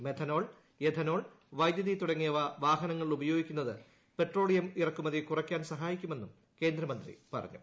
methanol ethanol വൈദ്യുതി തുടങ്ങിയവ വാഹനങ്ങളിൽ ഉപയോഗിക്കുന്നത് പട്രോളിയം ഇറക്കുമതി കുറക്കാൻ സഹായിക്കുമെന്നും കേന്ദ്രമന്ത്രി പറഞ്ഞു